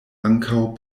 ankaŭ